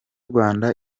rwanda